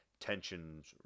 tensions